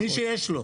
מי שיש לו.